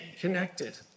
connected